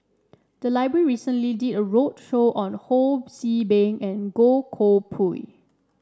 the library recently did a roadshow on Ho See Beng and Goh Koh Pui